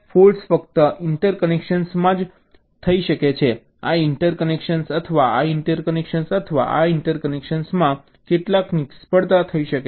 faults ફક્ત ઇન્ટરકનેક્શનમાં જ થઈ શકે છે આ ઇન્ટરકનેક્શન અથવા આ ઇન્ટરકનેક્શન અથવા આ ઇન્ટરકનેક્શનમાં કેટલાક નિષ્ફળતા થઈ શકે છે